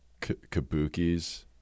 Kabukis